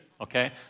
okay